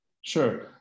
Sure